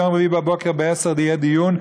ביום רביעי בבוקר, ב-10:00, יהיה דיון.